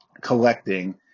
collecting